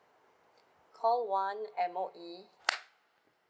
call one M_O_E